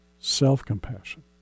self-compassion